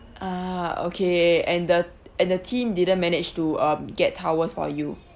ah okay and the and the team didn't manage to um get towels for you